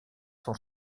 sont